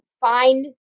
find